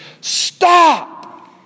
Stop